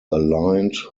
aligned